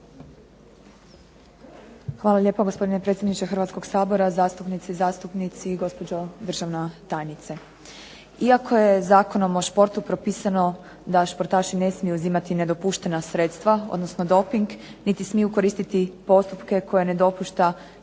Hvala lijepa gospodine predsjedniče Hrvatskog sabora, zastupnice i zastupnici, gospođo državna tajnice. Iako je Zakonom o športu propisano da športaši ne smiju uzimati nedopuštena sredstva, odnosno doping niti smiju koristiti postupke koje ne dopušta Svjetska